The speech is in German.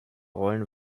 rollen